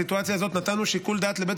בסיטואציה הזאת נתנו שיקול דעת לבית